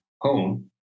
home